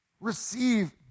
Receive